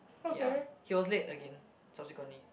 ya he was late again subsequently